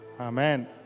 Amen